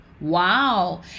wow